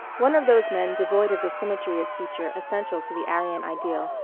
one of those men devoid of the symmetry of feature essential to the aryan ideal,